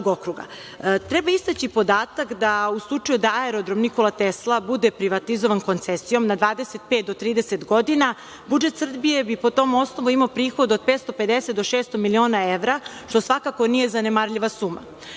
istaći podatak da u slučaju da Aerodrom „Nikola Tesla“ bude privatizovan koncesijom na 25 do 30 godina, budžet Srbije bi po tom osnovu imao prihod od 550 do 600 miliona evra, što svakako nije zanemarljiva suma.